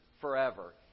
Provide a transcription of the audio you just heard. forever